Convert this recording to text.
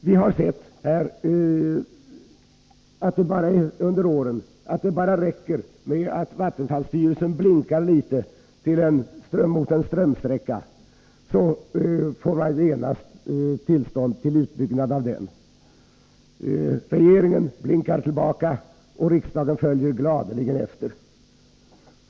Vi har under åren sett att det räcker med att vattenfallsstyrelsen blinkar mot en strömsträcka för att genast få tillstånd till utbyggnad av den. Regeringen blinkar tillbaka och riksdagen följer gladeligen efter.